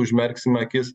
užmerksim akis